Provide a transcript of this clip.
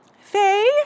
Faye